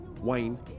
Wayne